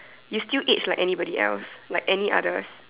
you still age like anybody else like any others